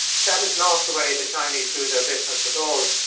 that is not the way the chinese do their business at all.